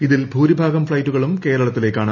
ഇതിൽ ഭൂരിഭാഗം ഫ്ളൈറ്റുകളും കേരളത്തിലേക്കാണ്